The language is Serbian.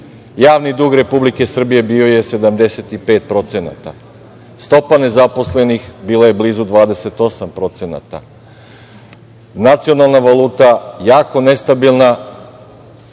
Javni dug Republike Srbije bio je 75%, stopa nezaposlenih bila je blizu 28%, nacionalna valuta jako nestabilna,